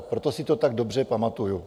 Proto si to tak dobře pamatuju.